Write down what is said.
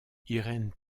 irene